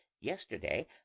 yesterday